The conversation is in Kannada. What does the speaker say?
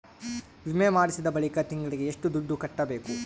ವಿಮೆ ಮಾಡಿಸಿದ ಬಳಿಕ ತಿಂಗಳಿಗೆ ಎಷ್ಟು ದುಡ್ಡು ಕಟ್ಟಬೇಕು?